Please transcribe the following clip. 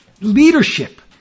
leadership